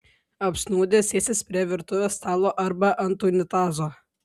apsnūdę sėsis prie virtuvės stalo arba ant unitazo